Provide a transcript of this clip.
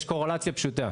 יש קורלציה פשוטה.